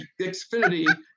Xfinity